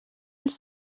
els